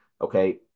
okay